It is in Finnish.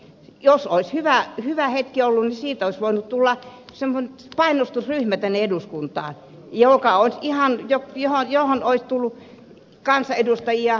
jos olisi hyvä hetki ollut niin siitä olisi voinut tulla painostusryhmä tänne eduskuntaan johon olisi tullut kansanedustajia eri aatesuunnista